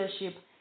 leadership